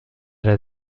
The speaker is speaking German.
der